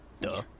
duh